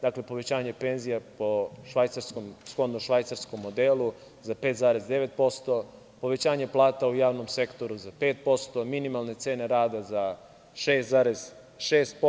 Dakle, povećanje penzija shodno švajcarskom modelu za 5,9%, povećanje plata u javnom sektoru za 5%, minimalne cene rada za 6,6%